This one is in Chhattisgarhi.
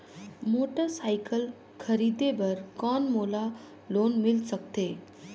मोटरसाइकिल खरीदे बर कौन मोला लोन मिल सकथे?